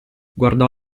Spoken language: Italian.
guardò